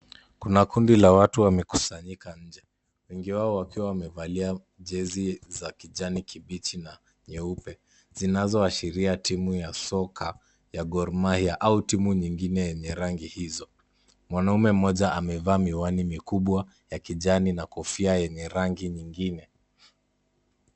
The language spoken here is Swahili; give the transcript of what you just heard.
Kuna kundi la watu wamekusanyika nje, wengi wao wakiwa wamevalia [cs ]jezi za kijani kibichi na nyeupe, zinazoashiria timu ya soka ya Gor mahia au timu nyingine yenye rangi hizo. Mwanaume mmoja amevaa miwani mikubwa ya kijani na kofia yenye rangi nyingine.